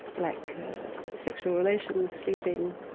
like sexual relations, sleeping,